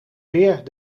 weer